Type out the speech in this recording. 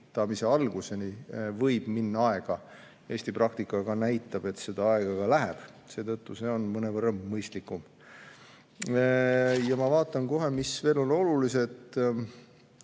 alguseni võib minna aega. Eesti praktika näitab, et seda aega läheb, seetõttu on nii mõnevõrra mõistlikum. Ma vaatan kohe, mis veel on olulised.